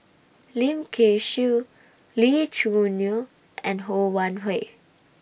Lim Kay Siu Lee Choo Neo and Ho Wan Hui